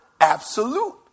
absolute